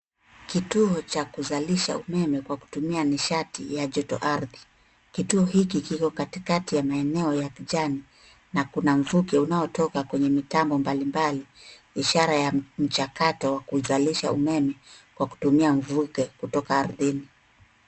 Kituo cha kuzalisha umeme kwa kutumia nishati ya joto ardhi. Kituo hiki kiko katikati ya maeneo ya kijni na kuna mvuke unaotoka kwenye mitambo mbali mbali ishara ya mchakato wa kuzalisha umeme kwa kutumia mvuke kutoka ardhini.